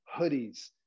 hoodies